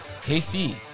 KC